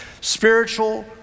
spiritual